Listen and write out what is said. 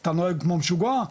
אתה נוהג כמו משוגע',